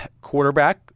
quarterback